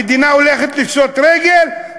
המדינה הולכת לפשוט רגל,